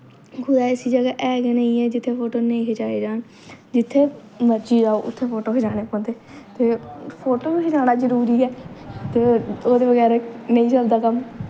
कुतै ऐसी जगह् ऐ गै नेईं जित्थें फोटो नेईं खचाए जान जित्थें मर्जी जाओ उत्थें फोटो खचाने पौंदे ते फोटो बी खचाना जरूरी ऐ ते ओह्दे बगैरा नेईं चलदा कम्म